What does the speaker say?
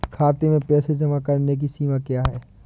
खाते में पैसे जमा करने की सीमा क्या है?